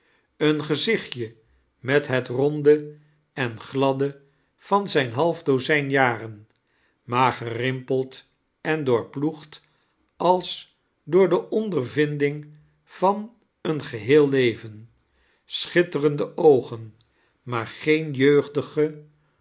een gezichtje met het roride en gladde van zijn half dozijn jaren maar gerimpld en doorploegd als door de ondervinding van een geheel leven schitterendo oogen maar geen jeugdige